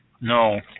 No